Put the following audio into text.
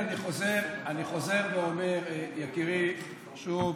לכן, אני חוזר ואומר, יקירי, שוב.